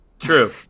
True